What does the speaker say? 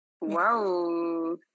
Wow